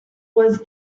was